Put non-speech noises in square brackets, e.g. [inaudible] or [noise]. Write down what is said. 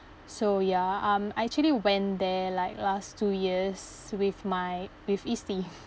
so ya um I actually went there like last two years with my with isti [laughs]